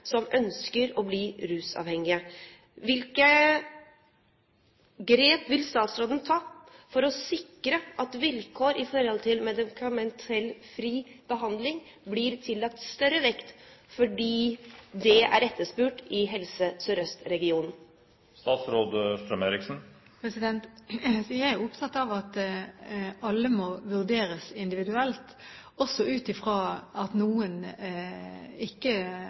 som ønsker å bli rusuavhengige. Hvilke grep vil statsråden ta for å sikre at vilkår i forhold til medikamentfri behandling blir tillagt større vekt fordi det er etterspurt i Helse Sør-Øst-regionen? Jeg er opptatt av at alle må vurderes individuelt, også ut fra at noen ikke